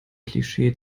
klischee